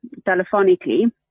telephonically